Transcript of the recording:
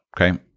okay